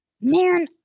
man